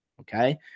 Okay